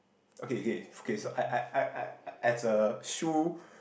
okay okay okay so I I I I as a shoe